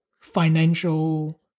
financial